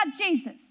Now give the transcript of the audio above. Jesus